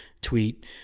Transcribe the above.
tweet